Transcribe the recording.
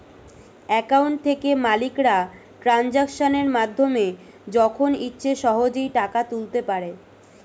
account থেকে মালিকরা ট্রানজাকশনের মাধ্যমে যখন ইচ্ছে সহজেই টাকা তুলতে পারে